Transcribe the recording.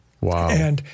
Wow